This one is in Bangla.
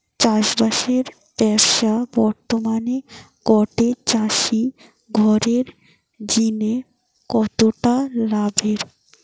চাষবাসের ব্যাবসা বর্তমানে গটে চাষি ঘরের জিনে কতটা লাভের?